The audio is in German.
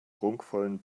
prunkvollen